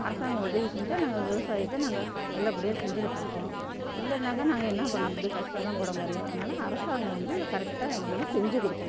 அரசாங்கம் உதவி செஞ்சா நாங்க விவசாயத்தை நாங்க நல்லபடியாக செஞ்சிக்கிட்டுருப்போம் இல்லைன்னாக்கா நாங்கள் என்ன பண்ண முடியும் கஷ்டம்தான் படமுடியும் அதனால் அரசாங்கம் வந்து கரெக்டக எங்களுக்கு செஞ்சி கொடுக்கணும்